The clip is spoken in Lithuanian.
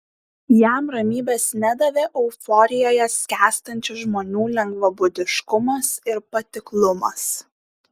jam ramybės nedavė euforijoje skęstančių žmonių lengvabūdiškumas ir patiklumas